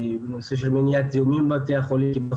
בנושא של מניעת זיהומים בבתי החולים,